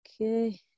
Okay